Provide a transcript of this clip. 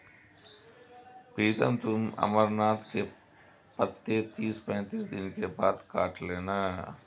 प्रीतम तुम अमरनाथ के पत्ते तीस पैंतीस दिन के बाद काट लेना